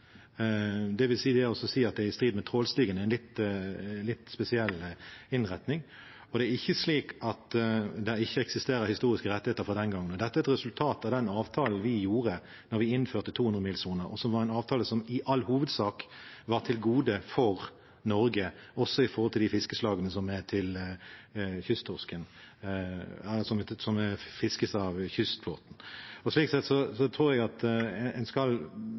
Det vil også si at det å si at det er i strid med trålstigen, er en litt spesiell innretning. Det er ikke slik at det ikke eksisterer historiske rettigheter fra den gangen. Dette er et resultat av den avtalen vi gjorde da vi innførte 200-milssoner, og som i all hovedsak var en avtale som var til gode for Norge, også med tanke på de fiskeslagene som fiskes av kystflåten. Slik sett tror jeg at en skal